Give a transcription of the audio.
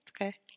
okay